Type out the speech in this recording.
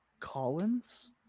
Collins